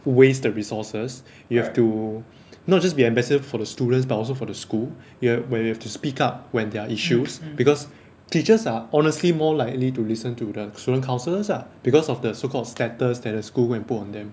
waste the resources you have to not just be ambassador for the students but also for the school you where you have to speak up when there are issues because teachers are honestly more likely to listen to the student councillors lah because of the so called status that the school go and put on them